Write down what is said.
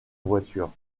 voiture